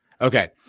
Okay